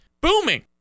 booming